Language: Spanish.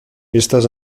estas